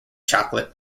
chocolate